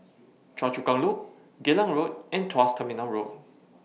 Choa Chu Kang Loop Geylang Road and Tuas Terminal Road